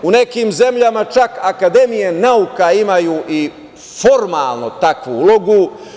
U nekim zemljama čak akademije nauka imaju i formalno takvu ulogu.